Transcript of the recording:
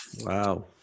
Wow